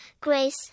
grace